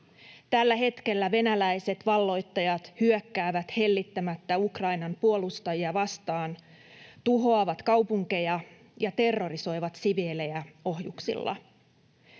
Tällä hetkellä venäläiset valloittajat hyökkäävät hellittämättä Ukrainan puolustajia vastaan, tuhoavat kaupunkeja ja terrorisoivat siviilejä ohjuksilla.